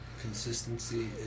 Consistency